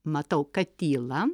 matau kad tyla